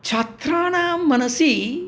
छात्राणां मनसि